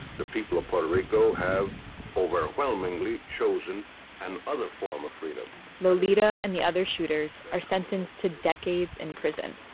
the people of puerto rico have overwhelmingly chosen an other form of freedom lolita and the other shooters are sentenced to decades in prison.